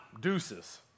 Deuces